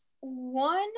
One